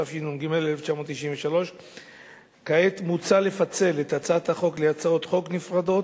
התשנ"ג 1993. כעת מוצע לפצל את הצעת החוק להצעות חוק נפרדות.